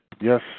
yes